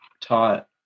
taught